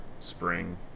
spring